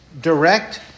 direct